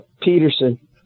Peterson